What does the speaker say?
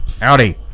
Howdy